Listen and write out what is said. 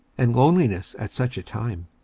and loneliness at such a time.